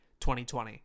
2020